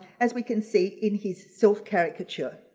as we can see in his self caricature.